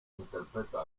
interpreta